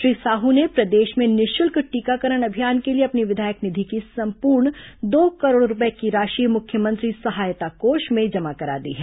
श्री साहू ने प्रदेश में निःशुल्क टीकाकरण अभियान के लिए अपनी विधायक निधि की संपूर्ण दो करोड़ रूपये की राशि मुख्यमंत्री सहायता कोष में जमा करा दी है